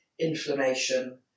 inflammation